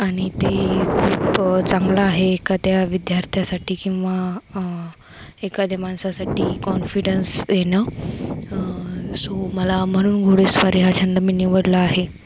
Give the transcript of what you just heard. आणि ते खूप चांगलं आहे एखाद्या विद्यार्थ्यासाठी किंवा एखाद्या माणसासाठी कॉन्फिडन्स येणं सो मला म्हणून घोडेस्वारी हा छंद मी निवडला आहे